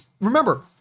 remember